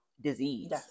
disease